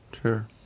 sure